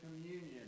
communion